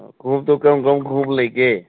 ꯈꯣꯡꯎꯞꯇꯣ ꯀꯔꯝ ꯀꯔꯝꯕ ꯈꯣꯡꯎꯞ ꯂꯩꯒꯦ